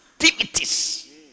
activities